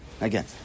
Again